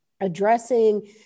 addressing